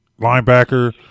Linebacker